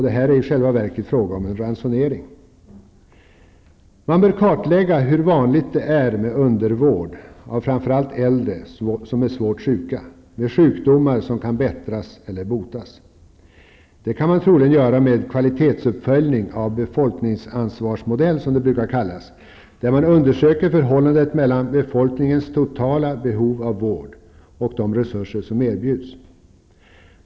Detta är i själva verket fråga om en ransonering. Man bör kartlägga hur vanligt det är med undervård av framför allt äldre som är svårt sjuka, med sjukdomar som kan bättras eler botas. Det kan man troligen göra med en kvalitetsuppföljning av befolkningsansvarsmodell, som den brukar kallas, där man undersöker förhållandet mellan befolkningens totala behov av vård och de resurser som erbjuds.